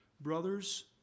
Brothers